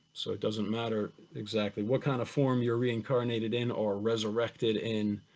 so it doesn't matter exactly what kind of form you're reincarnated in, or resurrected in,